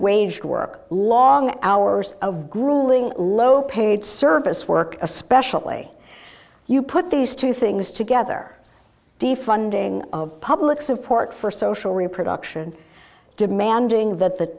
waged work long hours of grueling low paid service work especially you put these two things together defunding of public support for social reproduction demanding that the